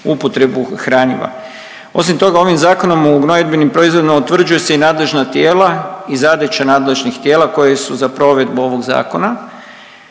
upotrebu hranjiva. Osim toga, ovim zakonom u gnojidbenim proizvodima utvrđuje se i nadležna tijela i zadaće nadležnih tijela koje su za provedbu ovog zakon.